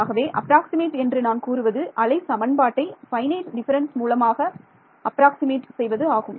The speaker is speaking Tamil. ஆகவே அப்ராக்ஸிமட் என்று நான் கூறுவது அலை சமன்பாட்டை ஃபைனைட் டிஃபரன்ஸ் மூலமாக அப்ராக்ஸிமட் செய்வது ஆகும்